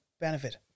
benefit